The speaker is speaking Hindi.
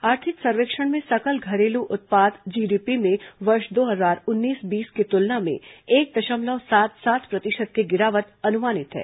आर्थिक सर्वेक्षण में सकल घरेलू उत्पाद जीडीपी में वर्ष दो हजार उन्नीस बीस की तुलना में एक दशमलव सात सात प्रतिशत की गिरावट अनुमानित है